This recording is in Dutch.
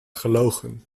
gelogen